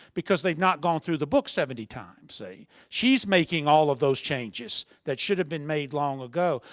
because they've not gone through the book seventy times, see? she's making all of those changes that should have been made long ago.